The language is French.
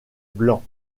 blancs